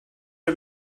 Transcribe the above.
are